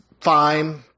fine